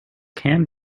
can